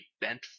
bent